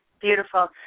beautiful